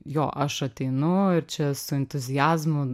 jo aš ateinu ir čia su entuziazmu